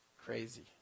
Crazy